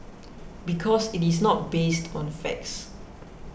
because it is not based on facts